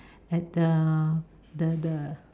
at the the the